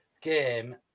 game